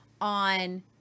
on